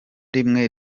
rimwe